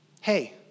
Hey